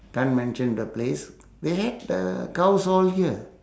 can't mention the place they had the cows all here